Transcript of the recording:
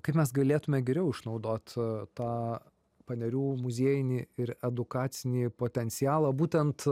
kaip mes galėtume geriau išnaudot tą panerių muziejinį ir edukacinį potencialą būtent